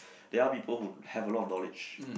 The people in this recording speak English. there are people who have a lot of knowledge